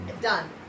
done